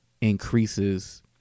increases